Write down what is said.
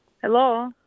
Hello